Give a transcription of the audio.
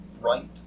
Right